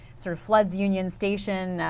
sort of floods union station,